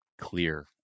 clear